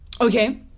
okay